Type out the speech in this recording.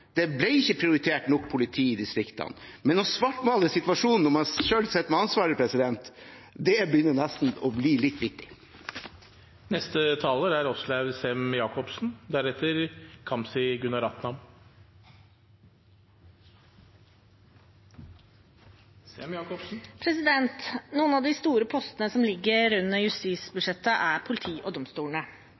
Det ble ikke prioritert nok politi i distriktene, men å svartmale situasjonen når man selv sitter med ansvaret, det begynner nesten å bli litt vittig. Noen av de store postene som ligger under justisbudsjettet, er politiet og domstolene: